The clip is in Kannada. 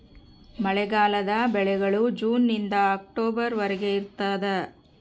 ಮಳೆಗಾಲದ ಬೆಳೆಗಳು ಜೂನ್ ನಿಂದ ಅಕ್ಟೊಬರ್ ವರೆಗೆ ಇರ್ತಾದ